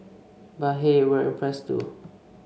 but hey we're impressed too